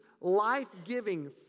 Life-giving